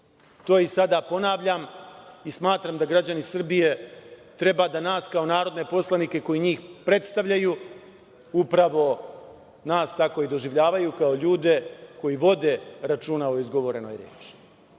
To i sada ponavljam i smatram da građani Srbije treba da nas kao narodne poslanike koji njih predstavljaju upravo nas tako i doživljavaju, kao ljude koji vode računa o izgovorenoj reči.